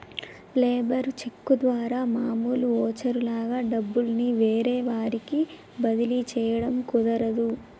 labour cheque ద్వారా మామూలు voucher లాగా డబ్బుల్ని వేరే వారికి బదిలీ చేయడం కుదరదు